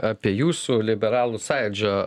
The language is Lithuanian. apie jūsų liberalų sąjūdžio